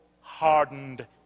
hardened